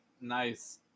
nice